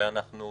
ואנחנו